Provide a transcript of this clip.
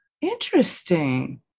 Interesting